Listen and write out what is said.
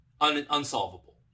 unsolvable